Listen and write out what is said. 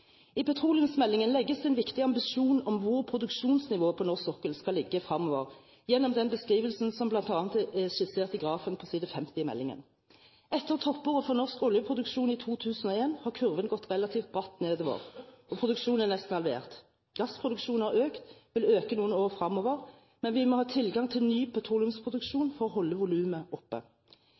I petroleumsmeldingen legges det en viktig ambisjon om hvor produksjonsnivået på norsk sokkel skal ligge fremover, gjennom den beskrivelsen som bl.a. er skissert i grafen på side 50 i meldingen. Etter toppåret for norsk oljeproduksjon i 2001 har kurven gått relativt bratt nedover, og produksjonen er nesten halvert. Gassproduksjonen har økt og vil øke noen år fremover, men vi må ha tilgang til ny petroleumsproduksjon for å holde volumet oppe.